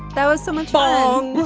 that was so much fun.